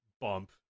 bump